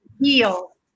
heal